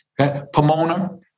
Pomona